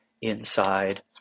inside